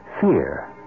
fear